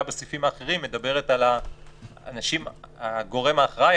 בסעיפים אחרים מדברת על הגורם האחראי,